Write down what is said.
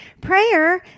Prayer